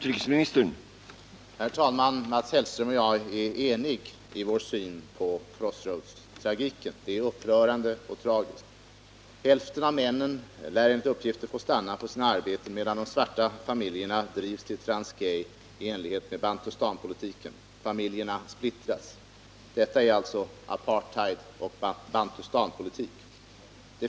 Herr talman! Mats Hellström och jag är eniga i vår syn på frågan om staden Crossroads. Den är upprörande och tragisk. Hälften av männen i Crossroads tvingas enligt uppgift att stanna på sina arbetsplatser, medan deras anhöriga drivs ut till Transkei i enlighet med bantustanpolitiken. Familjerna splittras alltså. Detta är apartheidoch bantustanpolitik.